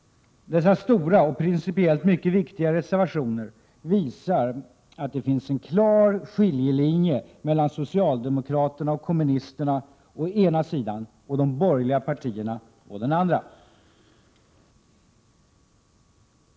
Dessa stora och principiellt mycket viktiga reservationer visar att det finns en klar skiljelinje mellan socialdemokraterna och kommunisterna å ena sidan och de borgerliga partierna å den andra.